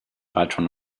patron